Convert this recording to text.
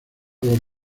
los